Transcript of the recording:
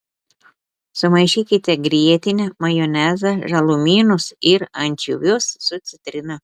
sumaišykite grietinę majonezą žalumynus ir ančiuvius su citrina